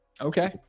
Okay